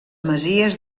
masies